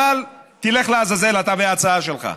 אבל תלך לעזאזל אתה וההצעה שלך.